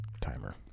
timer